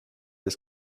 ist